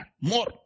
more